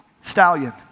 stallion